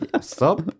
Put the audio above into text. Stop